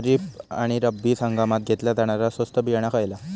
खरीप आणि रब्बी हंगामात घेतला जाणारा स्वस्त बियाणा खयला?